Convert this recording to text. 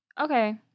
Okay